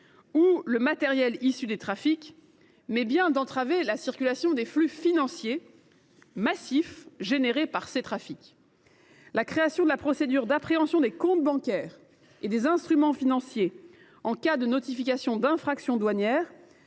ou le matériel issu des trafics, mais aussi d’entraver la circulation des flux financiers massifs générés par ces trafics. La création de la procédure d’appréhension des comptes bancaires et des instruments financiers en cas de notification d’infractions douanières